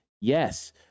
Yes